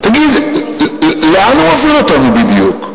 תגיד, לאן הוא מוביל אותנו בדיוק?